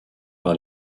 par